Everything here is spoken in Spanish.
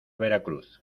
veracruz